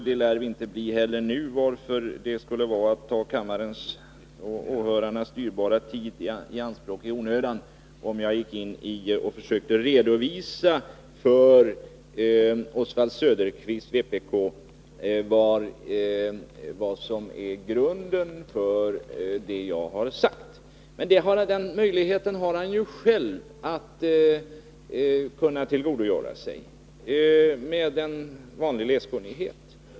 Det lär vi inte bli nu heller, varför det skulle vara att ta kammarens och åhörarnas dyrbara tid i anspråk i onödan, om jag försökte redovisa för Oswald Söderqvist, vpk, vad som är grunden för det jag har sagt. Han har ju själv möjlighet att tillgogodgöra sig detta genom vanlig läskunnighet.